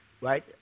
right